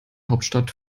hauptstadt